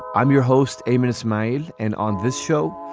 i'm your host, a minute smile. and on this show,